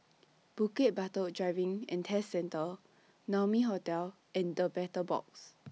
Bukit Batok Driving and Test Centre Naumi Hotel and The Battle Box